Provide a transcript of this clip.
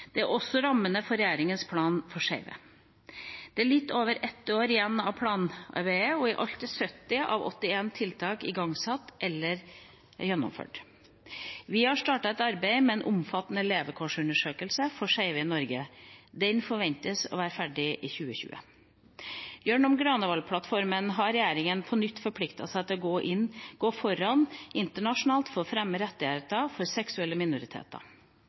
Dette er også rammene for regjeringas plan for skeive. Det er litt over et år igjen av planarbeidet, og i alt er 70 av 81 tiltak igangsatt eller gjennomført. Vi har startet et arbeid med en omfattende levekårsundersøkelse for skeive i Norge. Den forventes å være ferdig i 2020. Gjennom Granavolden-plattformen har regjeringa på nytt forpliktet seg til å gå foran internasjonalt for å fremme rettigheter for seksuelle minoriteter.